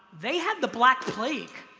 they had the black plague.